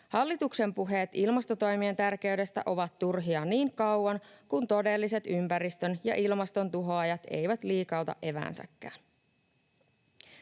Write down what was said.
Hallituksen puheet ilmastotoimien tärkeydestä ovat turhia niin kauan kuin todelliset ympäristön- ja ilmastontuhoajat eivät liikauta eväänsäkään.